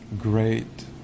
great